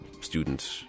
student